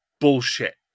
bullshit